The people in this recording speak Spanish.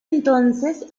entonces